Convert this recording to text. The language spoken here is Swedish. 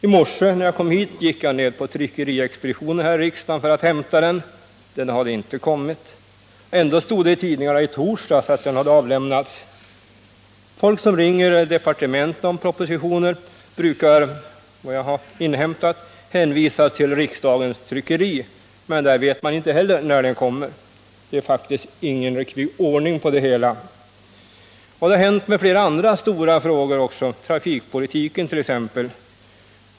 I morse när jag kom hit gick jag ned till tryckeriexpeditionen för att hämta den, men den hade inte heller då kommit. Ändå stod det i tidningarna i tisdags att den hade avlämnats. Folk som ringer till departementen om propositioner brukar, enligt vad jag har inhämtat, hänvisas till riksdagens tryckeri, men där vet man inte heller när de kommer. Det är faktiskt ingen riktig ordning på det hela. Samma sak har hänt beträffande fiera andra stora frågor, t.ex. trafikpolitiken.